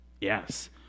Yes